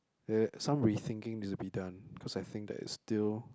uh some re thinking needs to be done cause I think that is still